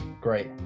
Great